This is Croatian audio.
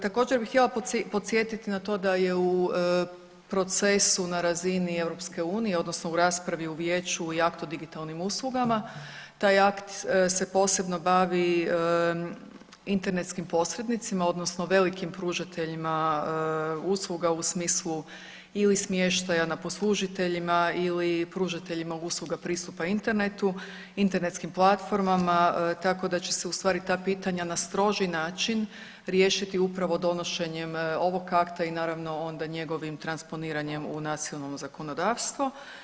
Također bi htjela podsjetiti na to da je u procesu na razini EU odnosno u raspravi u vijeću i aktu o digitalnim uslugama, taj akt se posebno bavi internetskim posrednicima odnosno velikim pružateljima usluga u smislu ili smještaja na poslužiteljima ili pružateljima usluga pristupa internetu, internetskim platformama tako da će se u stvari ta pitanja na stroži način riješiti upravo donošenjem ovog akta i naravno onda njegovim transponiranjem u nacionalno zakonodavstvo.